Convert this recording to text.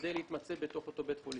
כדי להתמצא באותו בית חולים.